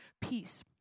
peace